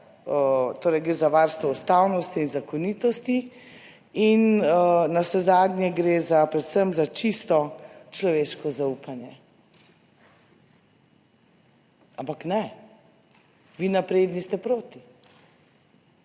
torej gre za varstvo ustavnosti in zakonitosti in navsezadnje gre predvsem za čisto človeško zaupanje. Ampak ne, vi napredni ste proti.